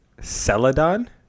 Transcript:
Celadon